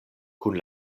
kun